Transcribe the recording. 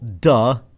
duh